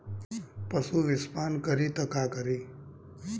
पशु विषपान करी त का करी?